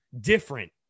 different